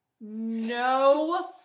No